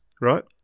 right